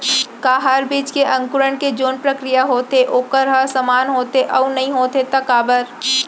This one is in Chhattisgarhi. का हर बीज के अंकुरण के जोन प्रक्रिया होथे वोकर ह समान होथे, अऊ नहीं होथे ता काबर?